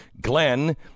Glenn